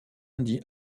lundi